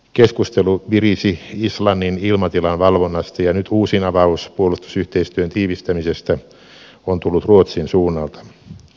keskustelu virisi islannin ilmatilan valvonnasta ja nyt uusin avaus puolustusyhteistyön tiivistämisestä on tullut ruotsin suunnalta